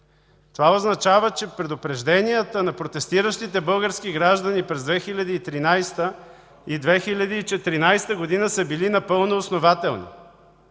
Това означава, че предупрежденията на протестиращите български граждани през 2013 г. и 2014 г. са били напълно основателни,